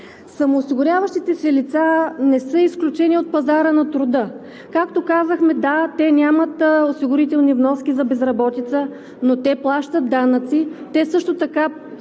Самоосигуряващите се лица не са изключение от пазара на труда. Както казахме, да – те нямат осигурителни вноски за безработица, но те плащат данъци. Те също така